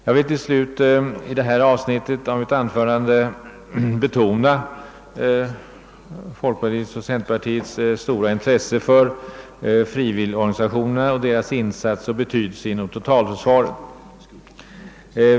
Jag vill till sist i detta avsnitt av mitt anförande betona folkpartiets och centerpartiets stora intresse för frivilligorganisationerna och framhålla deras insats och betydelse inom totalförsvaret.